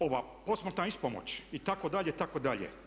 Ova posmrtna ispomoć itd., itd.